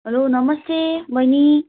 hello नमस्ते बहिनी